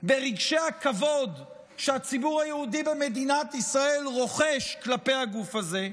ברגשי הכבוד שהציבור היהודי במדינת ישראל רוחש כלפי הגוף הזה,